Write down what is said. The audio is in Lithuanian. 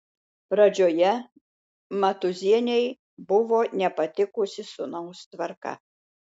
pradžioje matūzienei buvo nepatikusi sūnaus tvarka